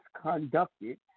conducted